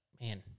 man